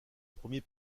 premier